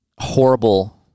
horrible